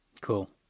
Cool